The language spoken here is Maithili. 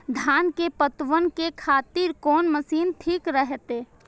धान के पटवन के खातिर कोन मशीन ठीक रहते?